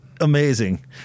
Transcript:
Amazing